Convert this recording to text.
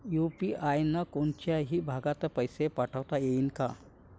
UPI न कोनच्याही भागात पैसे पाठवता येईन का?